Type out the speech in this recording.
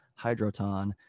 hydroton